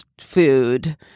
food